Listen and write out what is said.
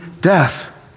death